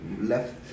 left